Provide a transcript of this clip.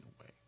away